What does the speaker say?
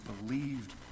believed